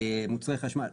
מוצרי חשמל.